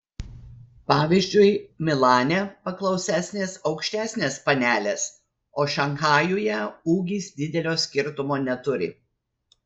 pavyzdžiui milane paklausesnės aukštesnės panelės o šanchajuje ūgis didelio skirtumo neturi